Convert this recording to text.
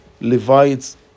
Levites